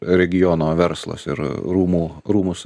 regiono verslas ir rūmų rūmus